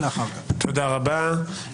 תודה רבה.